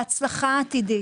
להצלחה עתידית.